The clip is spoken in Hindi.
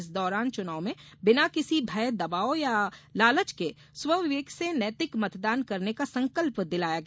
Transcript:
इस दौरान चुनाव में बिना किसी भय दबाव या लालय के स्वविवेक से नैतिक मतदान करने का संकल्प दिलाया गया